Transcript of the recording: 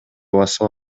басып